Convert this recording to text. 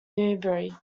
newbury